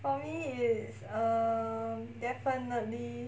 for me is um definitely